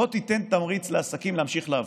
בוא תיתנו תמריץ לעסקים להמשיך לעבוד.